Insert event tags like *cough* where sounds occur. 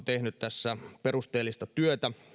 *unintelligible* tehnyt tässä perusteellista työtä